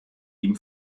dem